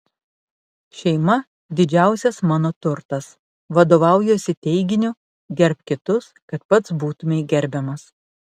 šeima didžiausias mano turtas vadovaujuosi teiginiu gerbk kitus kad pats būtumei gerbiamas